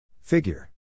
Figure